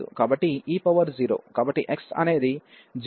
కాబట్టి e0 కాబట్టి x అనేది 0 కి చేరుకున్నప్పుడు e0 అవుతుంది